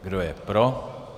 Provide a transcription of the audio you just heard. Kdo je pro?